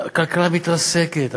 הכלכלה מתרסקת.